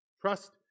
Trust